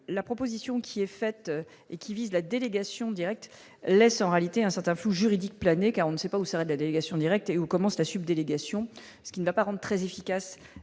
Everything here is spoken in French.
la proposition qui est faite, et qui vise la délégation Direct laissant réalité un certain flou juridique planer car on ne sait pas où arrête la délégation directe et où commence la sub-délégation ce qui va pas rendent très efficace,